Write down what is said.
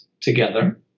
together